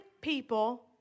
people